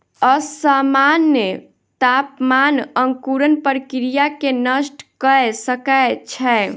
असामन्य तापमान अंकुरण प्रक्रिया के नष्ट कय सकै छै